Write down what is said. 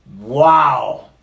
Wow